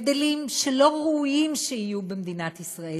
הבדלים שלא ראוי שיהיו במדינת ישראל.